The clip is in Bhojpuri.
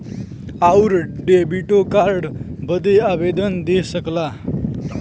आउर डेबिटो कार्ड बदे आवेदन दे सकला